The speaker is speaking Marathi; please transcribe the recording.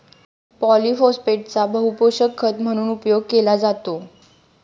पॉलिफोस्फेटचा बहुपोषक खत म्हणून उपयोग केला जातो